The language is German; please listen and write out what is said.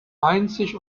einzig